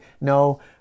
No